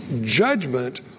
judgment